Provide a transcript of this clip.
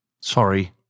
Sorry